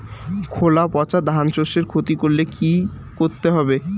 খোলা পচা ধানশস্যের ক্ষতি করলে কি করতে হবে?